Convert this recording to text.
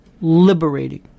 liberating